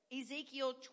Ezekiel